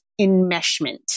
enmeshment